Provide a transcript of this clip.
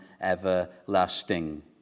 everlasting